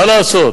מה לעשות?